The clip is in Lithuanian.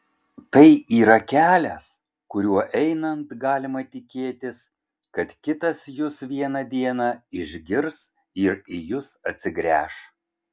tai yra kelias kuriuo einant galima tikėtis kad kitas jus vieną dieną išgirs ir į jus atsigręš